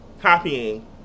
copying